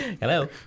Hello